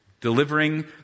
delivering